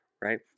right